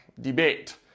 debate